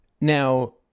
Now